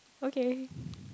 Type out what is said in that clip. okay